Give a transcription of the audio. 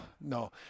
no